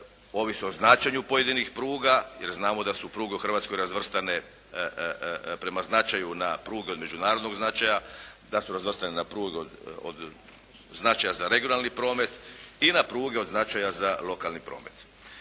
ovise o značenju pojedinih pruga. Jer znamo da su pruge u Hrvatskoj razvrstane prema značaju na pruge od međunarodnog značaja, da su razvrstane na pruge od značaja za regionalni promet i na pruge od značaja za lokalni promet.